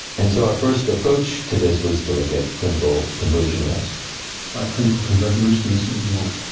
and so our first approach to this was to look at clinical conversion risk. by clinical conversion risk you mean what?